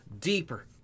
deeper